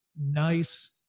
nice